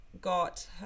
got